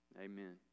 Amen